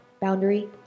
Boundary